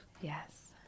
Yes